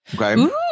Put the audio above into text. Okay